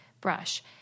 brush